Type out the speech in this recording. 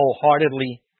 wholeheartedly